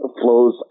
flows